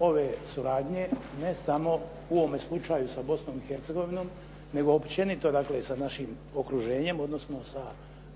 ove suradnje, ne samo u ovom slučaju sa Bosnom i Hercegovinom, nego općenito dakle sa našim okruženjem odnosno sa